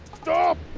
stop